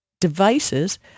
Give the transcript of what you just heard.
devices